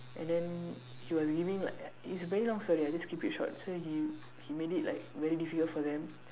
and then he was giving like it's a very long story I'll just keep it short so he he made it like very difficult for them